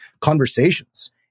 conversations